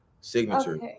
signature